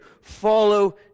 follow